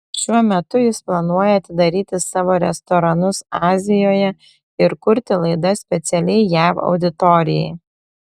šiuo metu jis planuoja atidaryti savo restoranus azijoje ir kurti laidas specialiai jav auditorijai